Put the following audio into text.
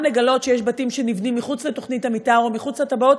לגלות שיש בתים שנבנים מחוץ לתוכנית המתאר או מחוץ לתב"עות,